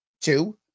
two